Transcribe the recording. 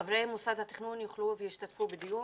חברי מוסד התכנון יוכלו וישתתפו בדיון,